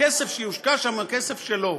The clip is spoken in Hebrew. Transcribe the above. הכסף שיושקע שם זה הכסף שלו.